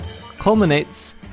culminates